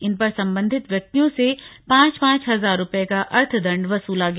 इन पर संबंधित व्यक्तियों से पांच पांच हजार रूपये का अर्थदण्ड वसूला गया